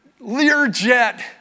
Learjet